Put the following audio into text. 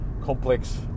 complex